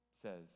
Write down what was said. says